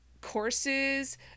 courses